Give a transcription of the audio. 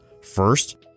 First